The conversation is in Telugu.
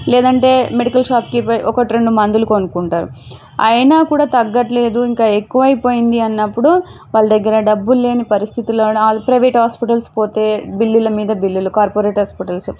లేదంటే మెడికల్ షాప్కి పోయి ఒకటి రెండు మందులు కొనుక్కుంటారు అయినా కూడా తగ్గట్లేదు ఇంకా ఎక్కువైపోయింది అన్నప్పుడు వాళ్ళ దగ్గర డబ్బుల్లేని పరిస్థితుల్లో ప్రైవేట్ హాస్పిటల్స్కి పోతే బిల్లుల మీద బిల్లులు కార్పోరేట్ హాస్పిటల్స్